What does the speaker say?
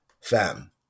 Fam